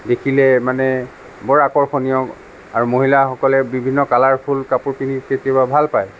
দেখিলে মানে বৰ আকৰ্ষণীয় আৰু মহিলাসকলে বিভিন্ন কালাৰফুল কাপোৰ পিন্ধি কেতিয়াবা ভাল পায়